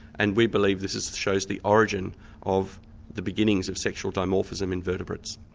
and we believe this shows the origin of the beginnings of sexual dimorphism in vertebrates.